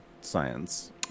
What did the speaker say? science